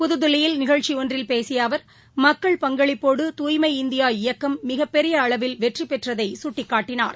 புதுதில்லியில் நிகழ்ச்சி ஒன்றில் பேசிய அவர் மக்கள் பங்களிப்போடு தூய்மை இந்தியா இயக்கம் மிகப்பெரிய அளவில் வெற்றிபெற்றதை சுட்டிக்காட்டினார்